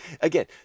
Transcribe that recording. Again